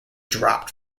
dropped